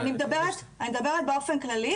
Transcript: אני מדברת באופן כללי,